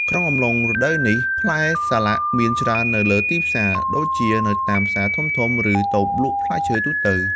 ក្នុងអំឡុងរដូវនេះ ផ្លែសាឡាក់មានច្រើននៅលើទីផ្សារ ដូចជានៅតាមផ្សារធំៗ ឬតូបលក់ផ្លែឈើទូទៅ